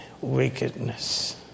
wickedness